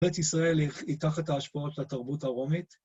בית ישראל ייטח את ההשפעות לתרבות הרומית.